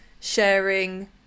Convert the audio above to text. sharing